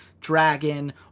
dragon